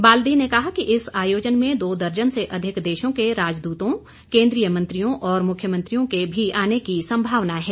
बाल्दी ने कहा कि इस आयोजन में दो दर्जन से अधिक देशों के राजदूतों केंद्रीय मंत्रियों और मुख्यमंत्रियों के भी आने की संभावना है